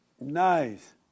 Nice